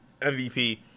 MVP